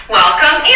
Welcome